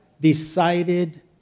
decided